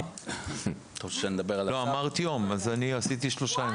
לא, אמרת יום, אז אני עשיתי שלושה ימים.